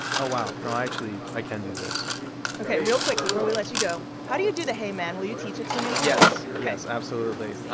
oh, wow, no, actually i can do this ok. real quick before we let you go how do you do the, hey man? will you teach it to me? because. yes, yes absolutely.